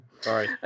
sorry